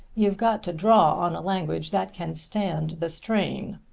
you've got to draw on a language that can stand the strain.